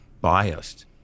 biased